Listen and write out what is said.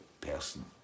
person